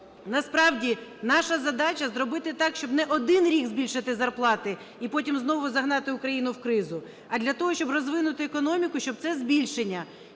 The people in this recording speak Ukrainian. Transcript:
насправді наша задача зробити так, щоб не на один рік збільшити зарплати і потім знову загнати Україну в кризу, а для того, щоб розвинути економіку, щоб це збільшення